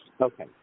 Okay